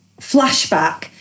flashback